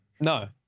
No